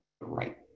right